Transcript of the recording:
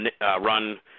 run